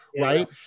Right